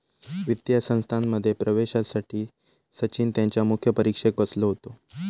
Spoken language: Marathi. वित्तीय संस्थांमध्ये प्रवेशासाठी सचिन त्यांच्या मुख्य परीक्षेक बसलो होतो